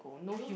ya lor